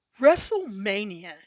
WrestleMania